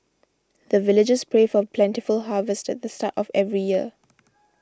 the villagers pray for plentiful harvest at the start of every year